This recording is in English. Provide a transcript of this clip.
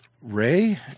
Ray